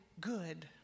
good